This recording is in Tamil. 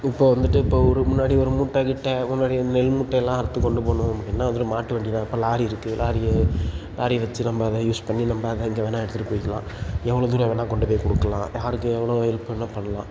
இப்போ வந்துவிட்டு இப்போ ஒரு முன்னாடி ஒரு மூட்டை கீட்ட முன்னாடி வந்து நெல் மூட்டை எல்லாம் அறுத்து கொண்டு போகணும் அப்படின்னா வந்துவிட்டு மாட்டு வண்டி தான் இப்போ லாரி இருக்குது லாரியோ லாரியை வெச்சு நம்ம அதை யூஸ் பண்ணி நம்ம அதை எங்கே வேணுனா எடுத்துட்டு போய்க்கலாம் எவ்வளோ தூரம் வேணுனா கொண்டு போய் கொடுக்குலாம் யாருக்கு எவ்வளோ ஹெல்ப் வேணுனா பண்ணலாம்